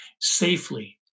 safely